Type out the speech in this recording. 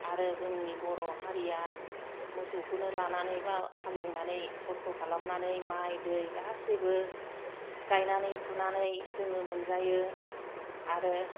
आरो जोंनि बर' हारिया मोसौखौनो लानानै बा हालेवनानै खस्थ खालामनानै माइ दै गासैबो गायनानै फुनानै जोङो मोनजायो आरो